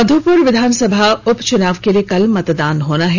मध्यपुर विधानसभा उप चुनाव के लिए कल मतदान होना है